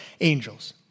angels